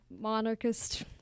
monarchist